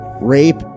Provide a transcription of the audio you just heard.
Rape